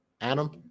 Adam –